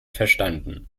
verstanden